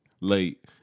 late